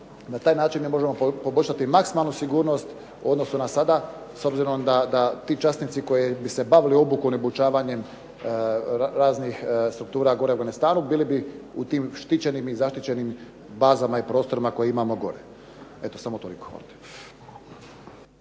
na taj način mi možemo poboljšati maksimalnu sigurnost u odnosu na sada. S obzirom da ti časnici koji bi se bavili obukom i obučavanjem raznih struktura gore u Afganistanu bili bi u tim štićenim i zaštićenim bazama i prostorima koje imamo gore. Eto samo toliko.